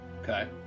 okay